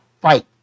fight